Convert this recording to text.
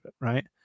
right